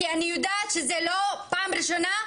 כי אני יודעת שזו לא פעם ראשונה,